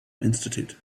institute